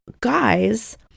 guys